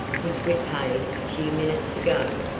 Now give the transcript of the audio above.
which we paid a few minutes ago,